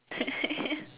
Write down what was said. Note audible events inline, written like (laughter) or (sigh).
(laughs)